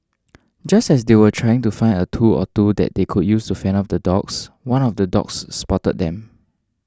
just as they were trying to find a tool or two that they could use to fend off the dogs one of the dogs spotted them